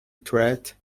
threat